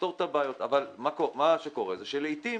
לפתור את הבעיות, אבל מה שקורה שלעתים